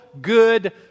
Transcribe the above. good